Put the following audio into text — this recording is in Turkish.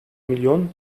milyon